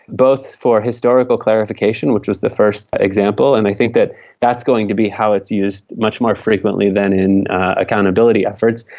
both for historical clarification, which was the first example, and i think that that's going to be how it's used much more frequently than in accountability efforts.